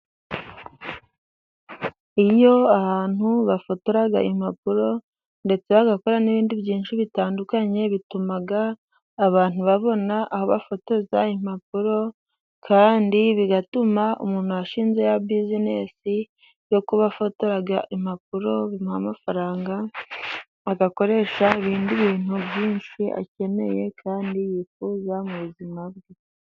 Iyo ahantu bafotora impapuro ndetse bagakora n'ibindi byinshi ,bitandukanye bituma abantu babona aho bafotoza impapuro kandi bigatuma umuntu washinze ya businesi yo kuba afotora impapuro ,bimuha amafaranga agakoresha ibindi bintu byinshi akeneye kandi yifuza mu buzima bwe.